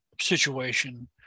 situation